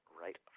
right